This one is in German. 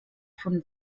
von